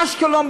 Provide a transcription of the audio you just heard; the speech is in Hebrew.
באשקלון,